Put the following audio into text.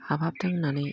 हामहांथों होननानै